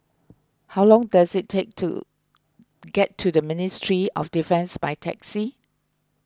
how long does it take to get to the Ministry of Defence by taxi